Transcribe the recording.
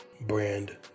brand